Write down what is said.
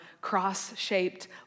cross-shaped